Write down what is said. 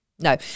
No